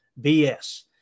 BS